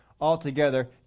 Altogether